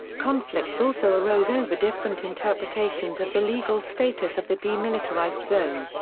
conflicts also arose over different interpretations of the legal status of the demilitarized zone.